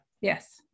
Yes